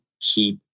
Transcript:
keep